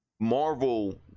marvel